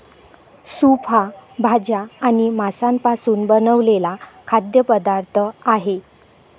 soup हा भाज्या आणि मांसापासून बनवलेला खाद्य पदार्थ आहे